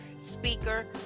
speaker